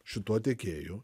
šituo tiekėju